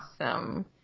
awesome